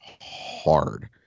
hard